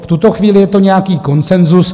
V tuto chvíli je to nějaký konsenzus.